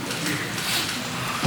אבל החשוב מכול,